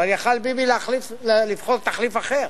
אבל יכול היה ביבי לבחור תחליף אחר.